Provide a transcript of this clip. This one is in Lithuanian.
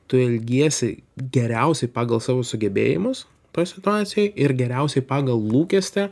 tu elgiesi geriausiai pagal savo sugebėjimus toj situacijoj ir geriausiai pagal lūkestį